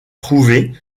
trouvées